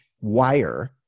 wire